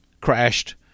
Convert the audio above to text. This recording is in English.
crashed